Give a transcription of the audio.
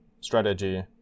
strategy